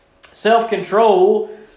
self-control